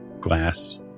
glass